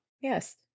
Yes